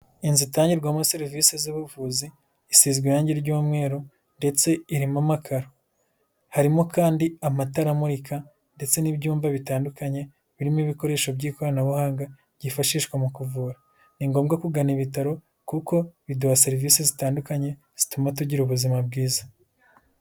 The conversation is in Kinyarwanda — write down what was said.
Inzu itangirwamo serivisi z'ubuvuzi isizwe irangi ry'umweru ndetse irimo amakaro. Harimo kandi amatara amurika ndetse n'ibyumba bitandukanye birimo ibikoresho by'ikoranabuhanga byifashishwa mu kuvura. Ni ngombwa kugana Ibitaro kuko biduha serivisi zitandukanye zituma tugira ubuzima bwiza.